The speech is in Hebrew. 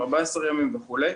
14 ימים וכו'.